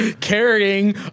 carrying